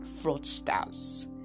fraudsters